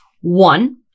one